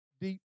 deep